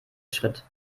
schritt